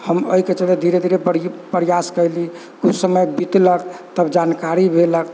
हम एहिके थोड़ा धीरे धीरे बड़ी प्रयास कैलीह कुछ समय बितलक तब जानकारी भेलक